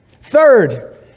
Third